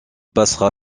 passera